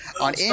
on